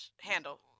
handle